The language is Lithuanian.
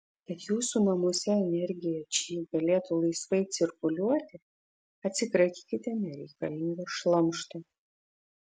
kad jūsų namuose energija či galėtų laisvai cirkuliuoti atsikratykite nereikalingo šlamšto